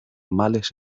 males